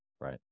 right